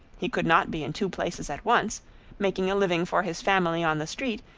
he could not be in two places at once making a living for his family on the street,